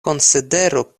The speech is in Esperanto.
konsideru